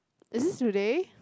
is it today